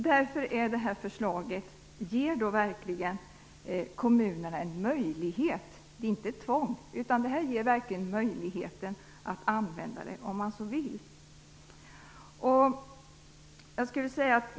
Därför ger det här förslaget verkligen kommunerna en möjlighet - det är inte ett tvång - att använda den här bestämmelsen om de så vill.